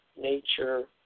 nature